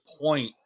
point